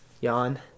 yawn